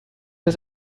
des